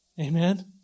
Amen